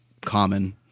common